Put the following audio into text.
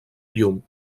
llum